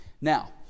Now